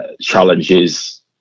challenges